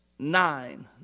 Nine